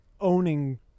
owning